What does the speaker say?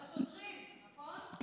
את השוטרים, נכון?